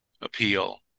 appeal